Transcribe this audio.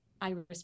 Iris